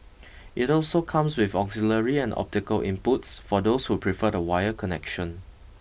it also comes with auxiliary and optical inputs for those who prefer a wired connection